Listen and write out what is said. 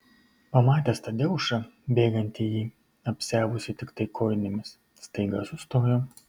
pamatęs tadeušą bėgantį į jį apsiavusį tiktai kojinėmis staiga sustojo